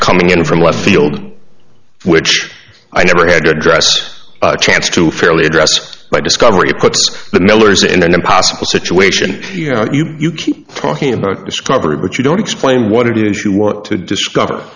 coming in from left field which i never had to address a chance to fairly address by discovery of the millers in an impossible situation you know you keep talking about discovery but you don't explain what it is you want to discover